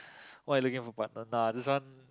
what you looking for a partner no I just want